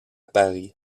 paris